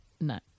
No